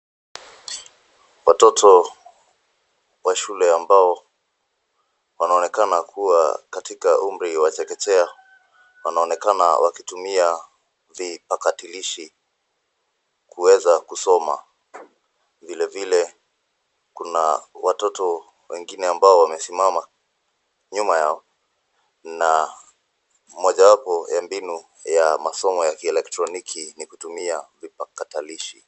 Watoto wa shule ambao wanaonekana kuwa katika umri wa chekechea, wanaonekana wakitumia vipakatalishi kuweza kusoma. Vilevile kuna watoto wengine ambao wamesimama nyuma yao na moja wapo ya mbinu ya masomo ya kielektroniki ni kutumia vipakatalishi.